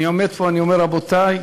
אני עומד פה, אני אומר: רבותי,